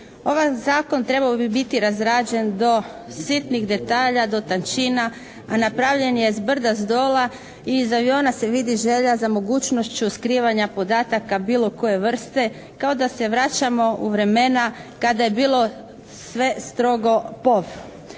Ovaj zakon trebao bi biti razrađen do sitnih detalja, do tančina a napravljen je zbrda zdola i iz aviona se vidi želja za mogućnošću skrivanja podataka bilo koje vrste kao da se vraćamo u vremena kada je bilo sve strogo pov.